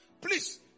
Please